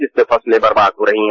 जिससे फसलें बर्बाद हो रही हैं